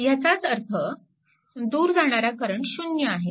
ह्याचाच अर्थ दूर जाणारा करंट 0 आहे